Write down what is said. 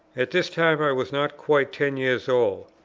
at this time i was not quite ten years old.